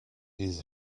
his